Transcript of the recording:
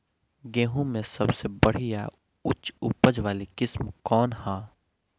गेहूं में सबसे बढ़िया उच्च उपज वाली किस्म कौन ह?